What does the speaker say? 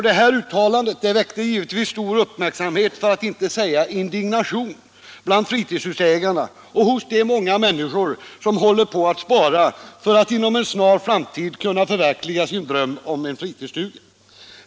Det uttalandet väckte givetvis stor uppmärksamhet, för att inte säga indignation, bland fritidshusägarna och hos de många människor som håller på att spara för att inom en snar framtid förverkliga sin dröm om en fritidsstuga.